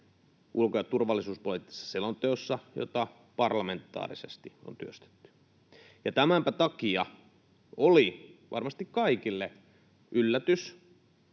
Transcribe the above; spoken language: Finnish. ulko‑ ja turvallisuuspoliittisessa selonteossa, jota parlamentaarisesti on työstetty. Tämänpä takia oli varmasti kaikille yllätys,